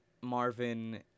marvin